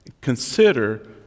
Consider